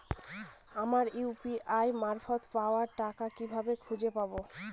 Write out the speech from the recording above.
আমার ইউ.পি.আই মারফত পাওয়া টাকা কিভাবে খুঁজে পাব?